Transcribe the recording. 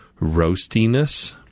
roastiness